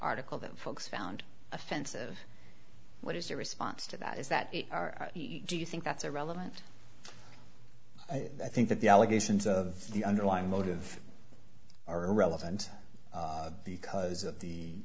article that folks found offensive what is your response to that is that do you think that's irrelevant i think that the allegations of the underlying motive are irrelevant because of the